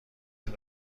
این